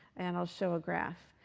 and i'll show a graph.